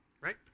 right